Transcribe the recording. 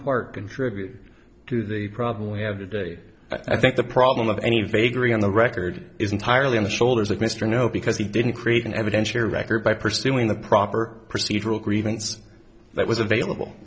part contributed to the problem we have today i think the problem of any vagary on the record is entirely on the shoulders of mr know because he didn't create an evidentiary record by pursuing the proper procedural grievance that was available